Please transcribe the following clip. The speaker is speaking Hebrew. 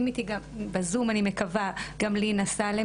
אני מקווה שנמצאים בזום גם לינה סאלם